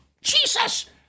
Jesus